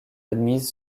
admise